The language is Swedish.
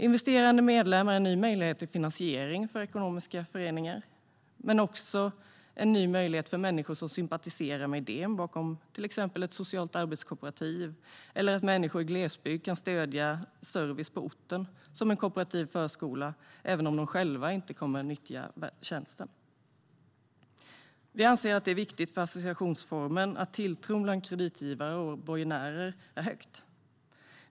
Investerande medlemmar är en ny möjlighet till finansiering för ekonomiska föreningar men också en ny möjlighet för människor som sympatiserar med idén bakom till exempel ett socialt arbetskooperativ eller för människor i glesbygd att stödja service på orten, såsom en kooperativ förskola, även om de själva inte kommer att nyttja tjänsten. Vi anser att det är viktigt för associationsformen att tilltron bland kreditgivare och borgenärer är hög.